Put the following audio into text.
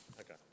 Okay